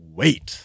wait